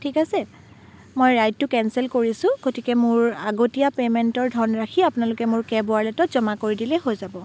ঠিক আছে মই ৰাইডটো কেঞ্চেল কৰিছোঁ গতিকে মোৰ আগতীয়া পে'মেন্টৰ ধনৰাশী আপোনালোকে মোৰ কেব ৱাৰলেটত জমা কৰি দিলেই হৈ যাব